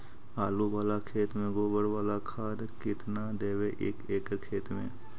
आलु बाला खेत मे गोबर बाला खाद केतना देबै एक एकड़ खेत में?